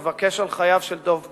לבקש על חייו של דב גרונר.